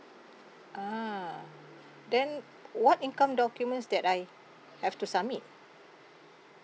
a'ah then what income documents that I have to submit